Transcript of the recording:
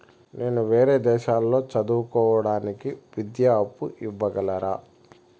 నేను వేరే దేశాల్లో చదువు కోవడానికి విద్యా అప్పు ఇవ్వగలరా?